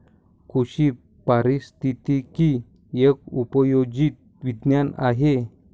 कृषी पारिस्थितिकी एक उपयोजित विज्ञान आहे